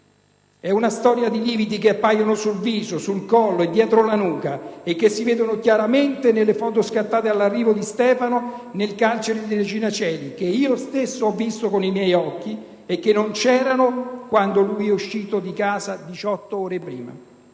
È una storia di lividi che appaiono sul viso, sul collo e dietro la nuca e che si vedono chiaramente nelle foto scattate all'arrivo di Stefano nel carcere di Regina Coeli, che io stesso ho visto con i miei occhi, ma che non c'erano quando lui è uscito di casa 18 ore prima.